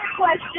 question